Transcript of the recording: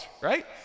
right